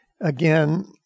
Again